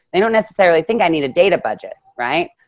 they don't necessarily think i need a data budget, right?